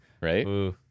Right